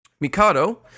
Mikado